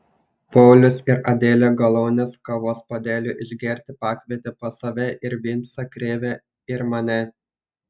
paulius ir adelė galaunės kavos puodeliui išgerti pakvietė pas save ir vincą krėvę ir mane